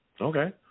Okay